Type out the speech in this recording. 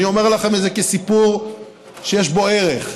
אני אומר לכם את זה כסיפור שיש בו ערך: